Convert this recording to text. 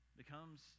becomes